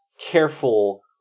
careful